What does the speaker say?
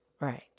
Right